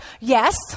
Yes